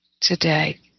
today